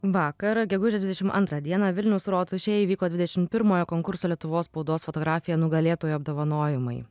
vakar gegužės dvidešim antrą dieną vilniaus rotušėj įvyko dvidešim pirmojo konkurso lietuvos spaudos fotografija nugalėtojo apdovanojimai